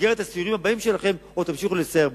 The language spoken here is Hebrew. ובמסגרת הסיורים הבאים שלכם עוד תמשיכו לסייר בהם.